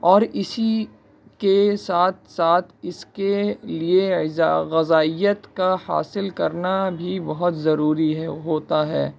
اور اسی کے ساتھ ساتھ اس کے لیے غذائیت کا حاصل کرنا بھی بہت ضروری ہے ہوتا ہے